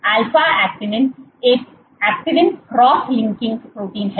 alpha actin एक actin cross linking protein है